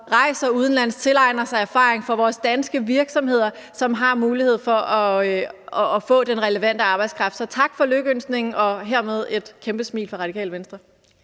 som rejser udenlands og tilegner sig erfaring og for vores danske virksomheder, som har mulighed for at få den relevante arbejdskraft. Så tak for lykønskningen – og hermed et kæmpe smil fra Radikale Venstre.